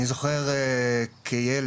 אני זוכר כילד,